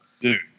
Dude